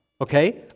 okay